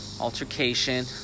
Altercation